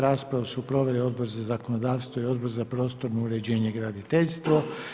Raspravu su proveli Odbor za zakonodavstvo i Odbor za prostorno uređenje i graditeljstvo.